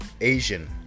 Asian